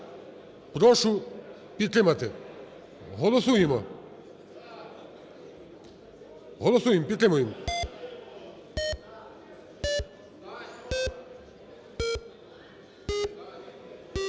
прошу підтримати. Голосуємо. Голосуємо. Підтримуємо.